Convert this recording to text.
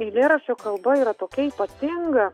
eilėraščio kalba yra tokia ypatinga